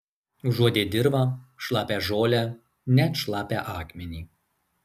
užuodė dirvą šlapią žolę net šlapią akmenį